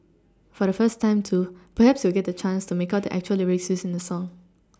for the first time too perhaps you'll get the chance to make out the actual lyrics used in the song